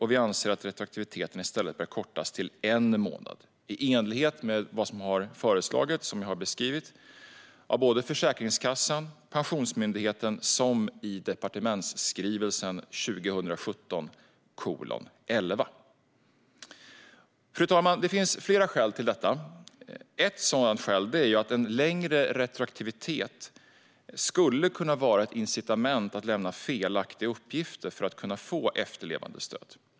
Vi anser att retroaktiviteten i stället bör kortas till en månad i enlighet med vad som har föreslagits av både Försäkringskassan och Pensionsmyndigheten samt i departementsskrivelsen 2017:11. Fru talman! Det finns flera skäl till detta. Ett sådant skäl är att en längre retroaktivitet skulle kunna vara ett incitament för att lämna felaktiga uppgifter i syfte att få efterlevandestöd.